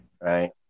Right